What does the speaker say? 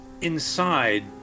inside